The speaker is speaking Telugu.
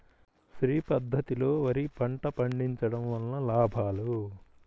శ్రీ పద్ధతిలో వరి పంట పండించడం వలన లాభాలు?